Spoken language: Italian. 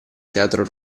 teatro